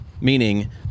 Meaning